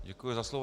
Děkuji za slovo.